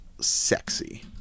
sexy